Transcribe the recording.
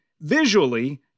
visually